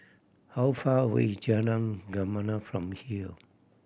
how far away is Jalan Gemala from here